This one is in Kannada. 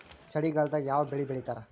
ಚಳಿಗಾಲದಾಗ್ ಯಾವ್ ಬೆಳಿ ಬೆಳಿತಾರ?